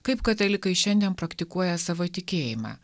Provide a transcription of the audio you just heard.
kaip katalikai šiandien praktikuoja savo tikėjimą